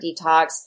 detox